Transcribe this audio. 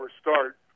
start